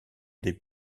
des